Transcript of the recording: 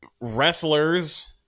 wrestlers